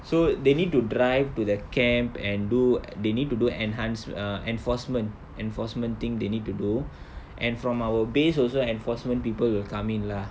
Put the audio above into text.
so they need to drive to the camp and do they need to do enhance ah enforcement enforcement thing they need to do and from our base also enforcement people will come in lah